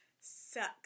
sucks